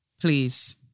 Please